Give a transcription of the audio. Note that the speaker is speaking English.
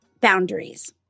boundaries